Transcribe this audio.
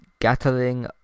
Gatling